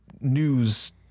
news